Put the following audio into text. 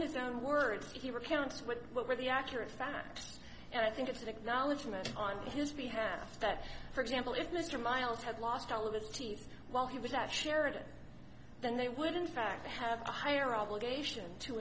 his own words he recounts what were the accurate facts and i think it's an acknowledgement on his behalf that for example if mr miles had lost all of his teeth while he was at sheridan then they would in fact have a higher obligation to